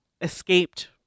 escaped